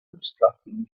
obstructing